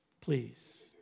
please